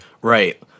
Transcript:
Right